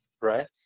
Right